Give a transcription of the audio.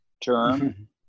term